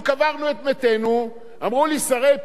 ושרי ביטחון פנים במדינות אירופה ש"חמאס"